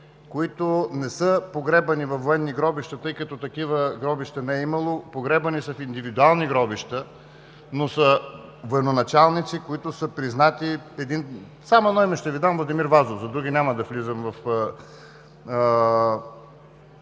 които не са погребани във военни гробища, тъй като такива гробища не е имало, погребани са в индивидуални гробища, но са военачалници, които са признати – само едно име ще Ви дам: Владимир Вазов, за други няма да влизам в